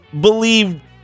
believed